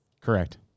Correct